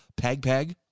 PagPag